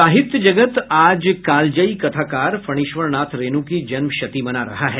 साहित्य जगत आज कालजयी कथाकार फणीश्वरनाथ रेणु की जन्मशती मना रहा है